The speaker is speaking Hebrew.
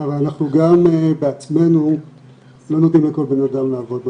אבל אנחנו גם בעצמנו לא נותנים לכל בן אדם לעבוד במחלקה.